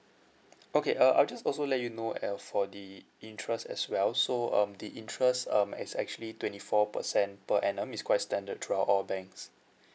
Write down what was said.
okay uh I'll just also let you know uh for the interest as well so um the interest um is actually twenty four percent per annum it's quite standard throughout all banks